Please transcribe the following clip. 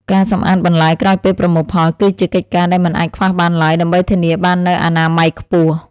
ការសម្អាតបន្លែក្រោយពេលប្រមូលផលគឺជាកិច្ចការដែលមិនអាចខ្វះបានឡើយ ដើម្បីធានាបាននូវអនាម័យខ្ពស់។